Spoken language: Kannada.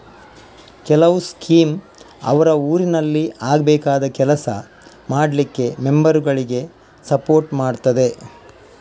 ಕೆಲವು ಸ್ಕೀಮ್ ಅವ್ರ ಊರಿನಲ್ಲಿ ಆಗ್ಬೇಕಾದ ಕೆಲಸ ಮಾಡ್ಲಿಕ್ಕೆ ಮೆಂಬರುಗಳಿಗೆ ಸಪೋರ್ಟ್ ಮಾಡ್ತದೆ